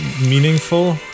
meaningful